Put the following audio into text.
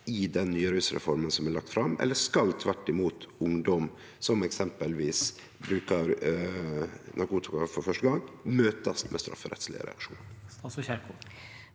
i den nye rusreforma som er lagd fram, eller skal tvert imot ungdom som eksempelvis brukar narkotika for første gong, møtast med strafferettslege reaksjonar?